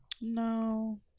No